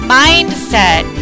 mindset